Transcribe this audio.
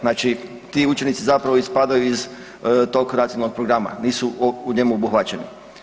Znači ti učenici zapravo ispadaju iz tog nacionalnog programa, nisu u njemu obuhvaćeni.